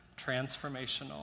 transformational